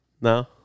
No